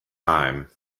time